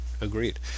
agreed